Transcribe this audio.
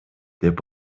деп